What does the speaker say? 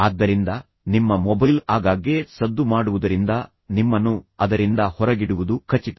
ಆದ್ದರಿಂದ ನಿಮ್ಮ ಮೊಬೈಲ್ ಆಗಾಗ್ಗೆ ಸದ್ದು ಮಾಡುವುದರಿಂದ ನಿಮ್ಮನ್ನು ಅದರಿಂದ ಹೊರಗಿಡುವುದು ಖಚಿತ